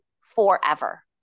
forever